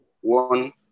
One